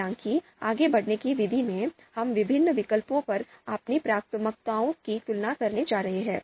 हालाँकि आगे बढ़ने की विधि में हम विभिन्न विकल्पों पर अपनी प्राथमिकताओं की तुलना करने जा रहे हैं